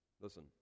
Listen